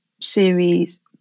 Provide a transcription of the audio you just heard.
series